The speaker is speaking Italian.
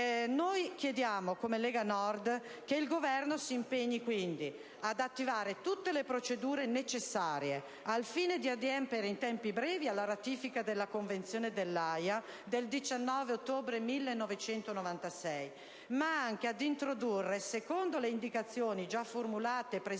Noi chiediamo come Lega Nord che il Governo si impegni quindi ad attivare tutte le procedure necessarie al fine di adempiere in tempi brevi alla ratifica della Convenzione dell'Aja del 19 ottobre 1996, ma anche ad introdurre, secondo le indicazioni già formulate e presentate